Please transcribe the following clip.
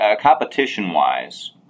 Competition-wise